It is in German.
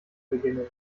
beginnen